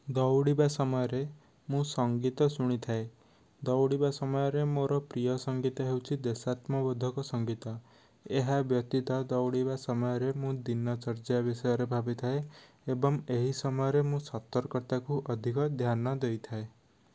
ଦୌଡ଼ିବା ସମୟରେ ମୁଁ ସଙ୍ଗୀତ ଶୁଣିଥାଏ ଦୌଡ଼ିବା ସମୟରେ ମୋର ପ୍ରିୟ ସଙ୍ଗୀତ ହେଉଛି ଦେଶାତ୍ମକବୋଧକ ସଙ୍ଗୀତ ଏହା ବ୍ୟତୀତ ଦୌଡ଼ିବା ସମୟରେ ମୁଁ ଦିନଚର୍ଯ୍ୟା ବିଷୟରେ ଭାବିଥାଏ ଏବଂ ଏହି ସମୟରେ ମୁଁ ସତର୍କତାକୁ ଅଧିକ ଧ୍ୟାନ ଦେଇଥାଏ